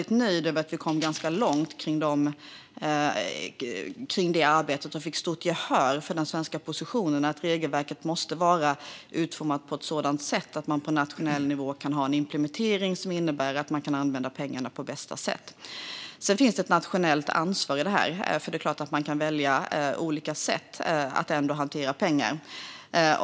Jag är nöjd att vi kom ganska långt med det arbetet och fick stort gehör för den svenska positionen att regelverket måste vara utformat på ett sådant sätt att man på nationell nivå kan ha en implementering som innebär att man kan använda pengarna på bästa sätt. Sedan finns det ett nationellt ansvar i det här, för det är klart att man kan välja olika sätt att hantera pengar.